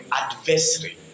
adversary